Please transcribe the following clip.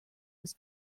was